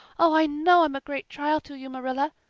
oh, i know i'm a great trial to you, marilla,